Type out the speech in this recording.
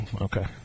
Okay